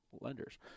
lenders